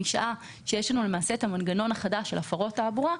משעה שיש לנו מנגנון חדש של הפרות תעבורה,